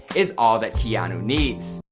is all that keanu needs.